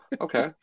Okay